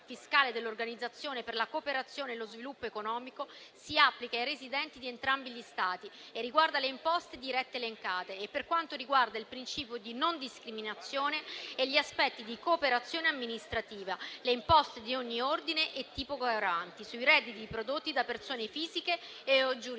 dell'Organizzazione per la cooperazione e lo sviluppo economico, si applica ai residenti di entrambi gli Stati e riguarda le imposte dirette elencate e, per quanto riguarda il principio di non discriminazione e gli aspetti di cooperazione amministrativa, le imposte di ogni ordine e tipo gravanti sui redditi prodotti da persone fisiche e/o giuridiche.